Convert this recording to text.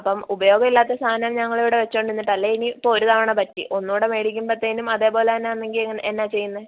അപ്പം ഉപയോഗവില്ലാത്ത സാധനം ഞങ്ങളിവിടെ വെച്ചുകൊണ്ട് ഇരുന്നിട്ടല്ലെ ഇനി ഇപ്പം ഒരു തവണ പറ്റി ഒന്നുംകൂടെ മേടിക്കുമ്പത്തേനും അതേപോലെ തന്നെയാണെങ്കിൽ എങ്ങനെയാണ് എന്താ ചെയ്യുന്നത്